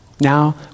Now